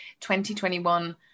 2021